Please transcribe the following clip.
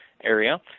area